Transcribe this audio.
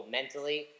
mentally